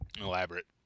elaborate